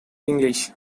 english